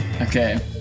Okay